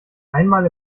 einmal